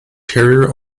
terrier